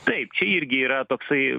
taip čia irgi yra toksai